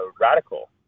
radical